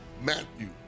Matthew